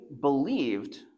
believed